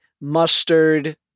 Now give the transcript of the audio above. mustard